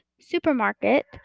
supermarket